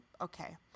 okay